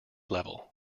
level